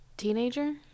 Teenager